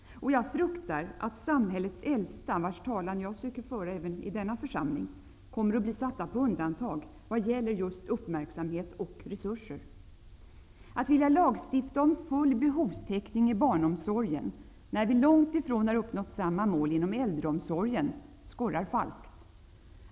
Och jag fruktar att samhällets äldsta -- vars talan jag försöker föra i denna församling -- kommer att bli satta på undantag vad gäller just uppmärksamhet och resurser. Att vilja lagstifta om full behovstäckning i barnomsorgen, när vi långt ifrån har uppnått samma mål inom äldreomsorgen, skorrar falskt.